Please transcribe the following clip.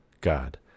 god